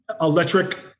electric